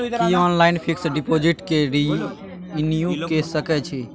की online fix deposit के renew के सकै छी?